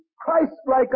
Christ-like